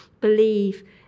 believe